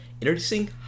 Introducing